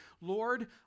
Lord